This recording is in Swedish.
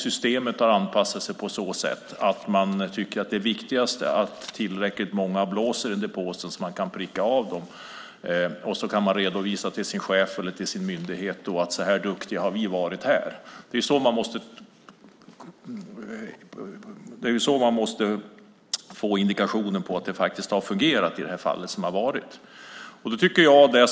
Systemet har anpassat sig på så sätt att man tycker att det viktigaste är att tillräckligt många blåser i den där påsen så att man kan pricka av dem. Sedan kan man redovisa till sin chef eller till sin myndighet att så här duktig har man varit. Man får indikationen att det är så det har fungerat.